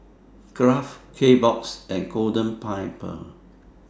Kraft Kbox and Golden Pineapple